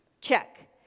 Check